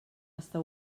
està